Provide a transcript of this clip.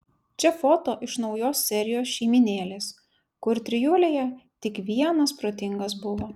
čia foto iš naujos serijos šeimynėlės kur trijulėje tik vienas protingas buvo